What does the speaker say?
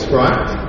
right